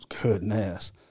goodness